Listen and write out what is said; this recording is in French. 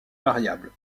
variable